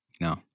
No